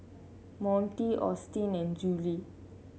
Monty Austen and Juli